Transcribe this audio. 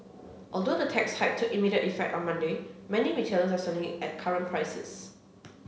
although the tax hike took immediate effect on Monday many retailers are selling at current prices